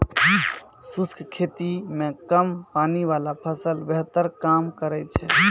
शुष्क खेती मे कम पानी वाला फसल बेहतर काम करै छै